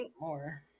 more